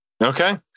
Okay